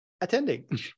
attending